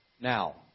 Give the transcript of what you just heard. Now